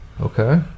Okay